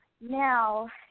Now